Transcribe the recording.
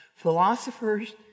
philosophers